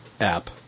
app